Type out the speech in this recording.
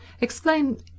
explain